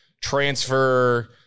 transfer